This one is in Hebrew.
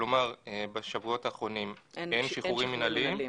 כלומר בשבועות האחרונים -- אין שחרורים מינהליים.